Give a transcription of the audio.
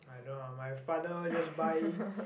I don't ah my father just buy